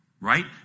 Right